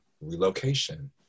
relocation